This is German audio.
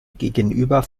gegenüber